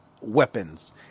weapons